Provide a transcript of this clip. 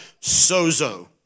sozo